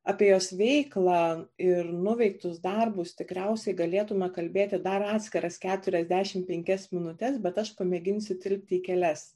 apie jos veiklą ir nuveiktus darbus tikriausiai galėtume kalbėti dar atskiras keturiasdešimt penkias minutes bet aš pamėginsiu įtilpti į kelias